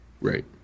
Right